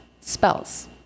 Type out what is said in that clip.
spells